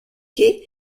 quais